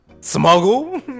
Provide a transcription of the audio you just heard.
smuggle